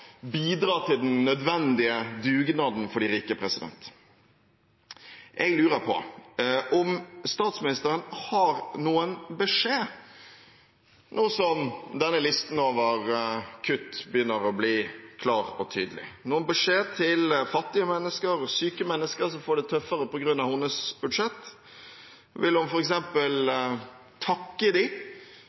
bidra til den nødvendige dugnaden for de rike. Jeg lurer på om statsministeren, nå som denne listen over kutt begynner å bli klar og tydelig, har noen beskjed til fattige mennesker og syke mennesker som får det tøffere på grunn av hennes budsjett. Vil hun f.eks. takke dem for det sjenerøse bidraget de nå gir til det spleiselaget for de